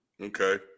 Okay